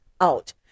out